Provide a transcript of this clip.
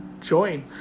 join